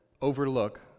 overlook